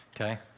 Okay